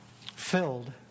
filled